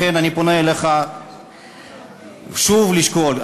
לכן אני פונה אליך שוב לשקול,